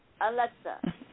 Alexa